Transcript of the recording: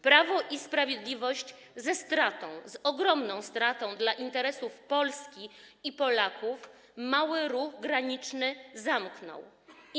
Prawo i Sprawiedliwość ze stratą, z ogromną stratą dla interesów Polski i Polaków mały ruch graniczny zamknęło.